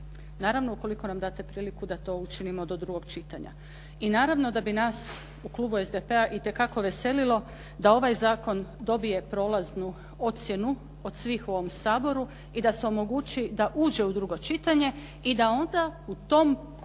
naravno ukoliko nam date priliku da to učinimo do drugog čitanja. I naravno da bi nas u klubu SDP-a itekako veselilo da ovaj zakon dobije prolaznu ocjenu od svih u ovom Saboru i da se omogući da uđe u drugo čitanje i da onda u tom